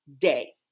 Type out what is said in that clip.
day